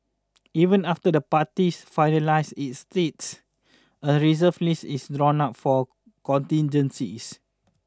even after the party finalises its slate a reserve list is drawn up for contingencies